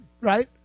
Right